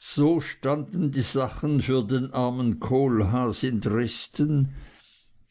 so standen die sachen für den armen kohlhaas in dresden